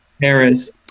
Paris